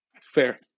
Fair